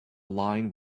line